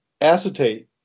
acetate